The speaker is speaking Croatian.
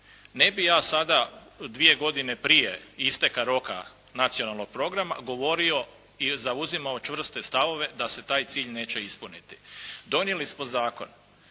Ne bih ja sada dvije godine prije isteka roka nacionalnog programa govorio i zauzimao čvrste stavove da se taj cilj neće ispuniti. Donijeli smo zakon,